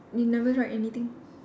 it never write anything